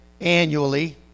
annually